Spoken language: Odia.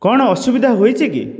କଣ ଅସୁବିଧା ହୋଇଛି କି